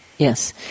Yes